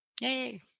Yay